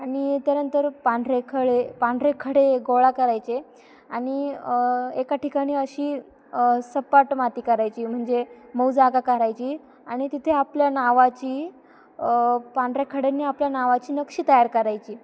आणि त्यानंतर पांढरेखळे पांढरेखडे गोळा करायचे आणि एका ठिकाणी अशी सपाट माती करायची म्हणजे मऊ जागा करायची आणि तिथे आपल्या नावाची पांढरे खड्यांनी आपल्या नावाची नक्षी तयार करायची